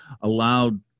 allowed